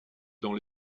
dans